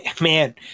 man